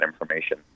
information